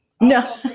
No